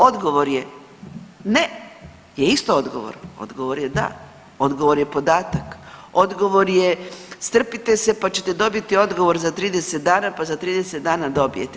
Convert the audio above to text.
Odgovor je ne, je isto odgovor, odgovor je da, odgovor je podatak, odgovor je strpite se pa ćete odgovor za 30 dana, pa za 30 dana dobijete.